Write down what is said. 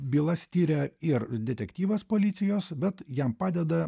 bylas tiria ir detektyvas policijos bet jam padeda